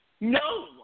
No